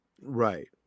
right